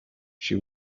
she